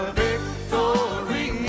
victory